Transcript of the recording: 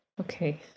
Okay